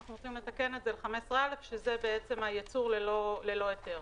אנחנו רוצים לתקן את זה ל-15(א) שזה הייצור ללא היתר.